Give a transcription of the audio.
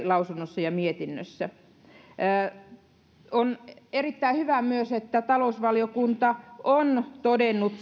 lausunnossa ja mietinnössä esille on erittäin hyvä myös että talousvaliokunta on todennut